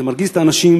זה מרגיז את האנשים,